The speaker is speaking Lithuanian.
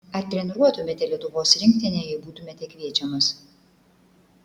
ar treniruotumėte lietuvos rinktinę jei būtumėte kviečiamas